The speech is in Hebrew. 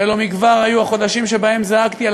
הרי לא מכבר היו החודשים שבהם זעקתי על